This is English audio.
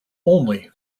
only